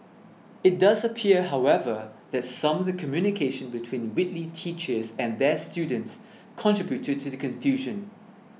it does appear however that some of the communication between Whitley teachers and their students contributed to the confusion